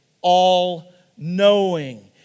all-knowing